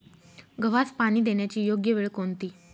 गव्हास पाणी देण्याची योग्य वेळ कोणती?